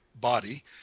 body